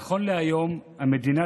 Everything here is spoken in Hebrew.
נכון להיום המדינה,